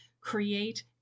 create